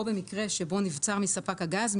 או במקרה שבו נבצר גז מרכזית מספק הגז,